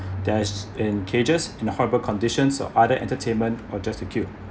dash in cages in a horrible conditions or other entertainment or just to kill